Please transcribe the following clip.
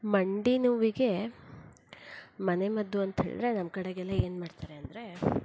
ಮಂಡಿ ನೋವಿಗೆ ಮನೆಮದ್ದು ಅಂತ್ಹೇಳ್ರೇ ನಮ್ಮ ಕಡೆಗೆಲ್ಲ ಏನ್ಮಾಡ್ತಾರೆ ಅಂದರೆ